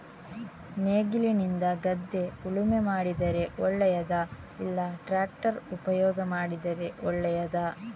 ನೇಗಿಲಿನಿಂದ ಗದ್ದೆ ಉಳುಮೆ ಮಾಡಿದರೆ ಒಳ್ಳೆಯದಾ ಇಲ್ಲ ಟ್ರ್ಯಾಕ್ಟರ್ ಉಪಯೋಗ ಮಾಡಿದರೆ ಒಳ್ಳೆಯದಾ?